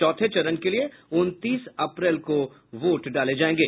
चौथे चरण के लिए उनतीस अप्रैल को वोट डाले जायेंगे